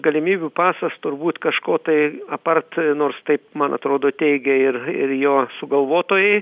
galimybių pasas turbūt kažko tai apart nors taip man atrodo teigė ir ir jo sugalvotojai